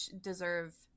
deserve